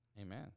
amen